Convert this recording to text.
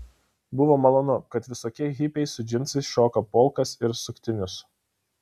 buvo malonu kad visokie hipiai su džinsais šoka polkas ir suktinius